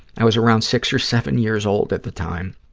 i was around six or seven years old at the time.